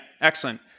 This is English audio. excellent